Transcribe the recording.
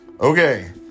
Okay